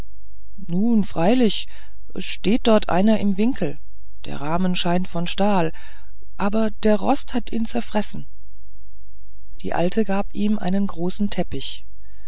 nun freilich es steht dort einer im winkel der rahmen scheint von stahl aber der rost hat ihn zerfressen die alte gab ihm einen großen teppich